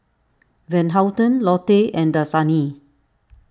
Van Houten Lotte and Dasani